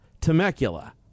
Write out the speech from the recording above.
Temecula